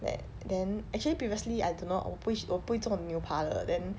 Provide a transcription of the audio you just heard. then then actually previously I don't know 我不我不会做牛排的 then um I I